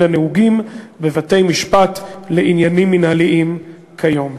הנהוגים בבתי-משפט לעניינים מינהליים כיום.